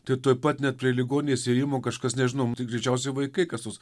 tai tuoj pat net prie ligonės įėjimo kažkas nežinau tai greičiausiai vaikai kas nors